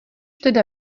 teda